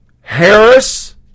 Harris